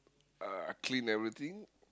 uh clean everything